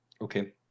okay